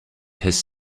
has